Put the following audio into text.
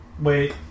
Wait